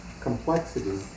complexity